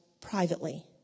privately